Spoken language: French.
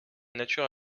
nature